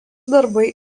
darbai